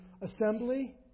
assembly